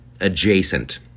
adjacent